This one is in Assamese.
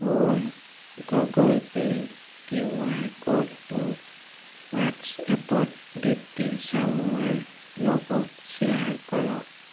মোৰ গুগল পে' কিউ আৰ ক'ডটো হোৱাট্ছএপত দীপ্তী চামুৱাৰ লগত শ্বেয়াৰ কৰক